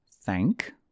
Thank